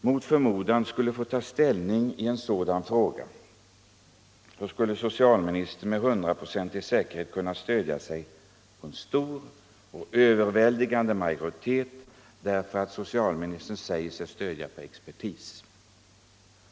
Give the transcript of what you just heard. mot förmodan skulle få ta ställning i en sådan fråga, så skulle socialministern med hundraprocentig säkerhet kunna nå en stor och överväldigande majoritet därför att socialministern säger att han stödjer sig på expertis.